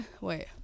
Wait